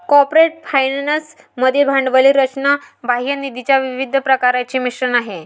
corporate finance मधील भांडवली रचना बाह्य निधीच्या विविध प्रकारांचे मिश्रण आहे